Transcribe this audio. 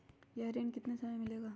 यह ऋण कितने समय मे मिलेगा?